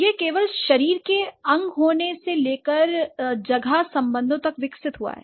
यह केवल शरीर के अंग होने से लेकर अंतरिक्ष संबंधों तक विकसित हुआ है